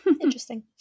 interesting